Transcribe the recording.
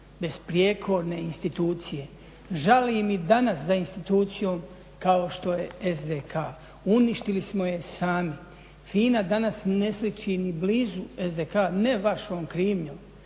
besprijekorne institucije. Žalim i danas za institucijom kao što je SDK, uništili smo je sami. FINA danas ne sliči ni blizu SDK ne vašom krivnjom,